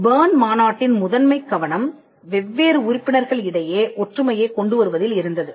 Berne மாநாட்டின் முதன்மை கவனம் வெவ்வேறு உறுப்பினர்கள் இடையே ஒற்றுமையைக் கொண்டுவருவதில் இருந்தது